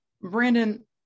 brandon